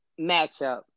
matchup